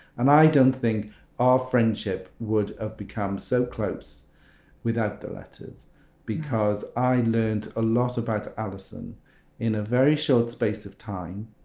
and i don't think our friendship would have become so close without the letters because i learned a lot about alison in a very short space of time,